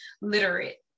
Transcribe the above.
literate